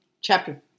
chapter